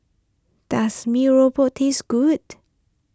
does Mee Rebus taste good